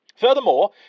Furthermore